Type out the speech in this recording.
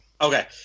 Okay